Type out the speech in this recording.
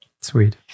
Sweet